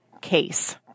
case